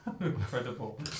Incredible